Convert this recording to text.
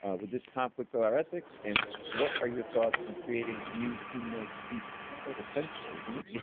ah would this conflict with our ethics and what are you thoughts on creating new humanoid species? it's called the centaur isn't it?